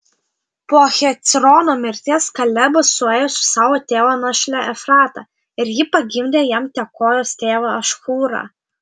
po hecrono mirties kalebas suėjo su savo tėvo našle efrata ir ji pagimdė jam tekojos tėvą ašhūrą